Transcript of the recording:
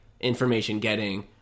information-getting